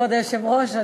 כבוד היושב-ראש?